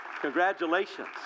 Congratulations